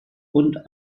und